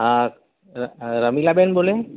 હાં રમીલાબેન બોલે